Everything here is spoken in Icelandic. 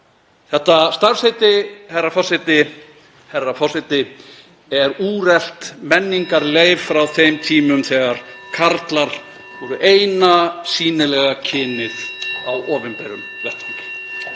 Þetta starfsheiti, „herra forseti“, er úrelt menningarleif frá þeim tímum þegar karlar voru eina sýnilega kynið á opinberum vettvangi.